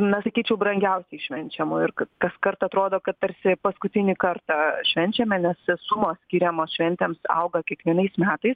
na sakyčiau brangiausiai švenčiamų ir ka kaskart atrodo kad tarsi paskutinį kartą švenčiame nes sumos skiriamos šventėms auga kiekvienais metais